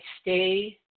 stay